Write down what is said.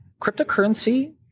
Cryptocurrency